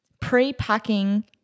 pre-packing